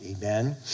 amen